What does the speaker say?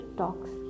talks